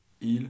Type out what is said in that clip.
Il